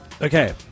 Okay